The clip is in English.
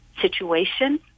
situation